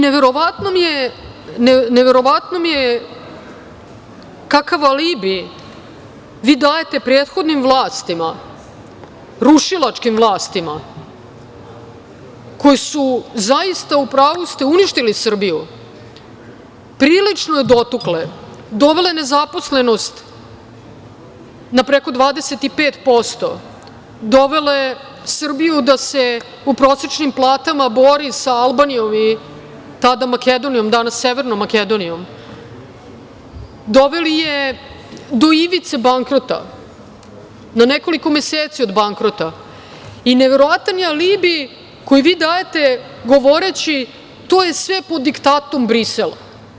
Neverovatno mi je kakav alibi vi dajte prethodnim vlastima, rušilačkim vlastima, koje su zaista, u pravu ste, uništili Srbiju, prilično je dotukle, dovele nezaposlenost na preko 25%, dovele Srbiju da se po prosečnim platama bori sa Albanijom i tada Makedonijom, danas Severnom Makedonijom, doveli je do ivice bankrota, na nekoliko meseci od bankrota, i neverovatan je alibi koji vi dajte govoreći - to je sve po diktatu Brisela.